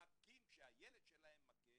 וכשהילד שלהם מכה